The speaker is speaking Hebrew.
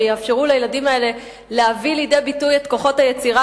שיאפשרו לילדים האלה להביא לידי ביטוי את כוחות היצירה